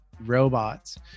robots